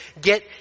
get